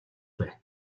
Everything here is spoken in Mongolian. байна